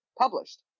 published